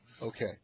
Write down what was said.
Okay